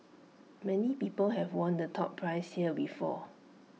many people have won the top prize here before